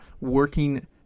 working